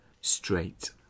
straight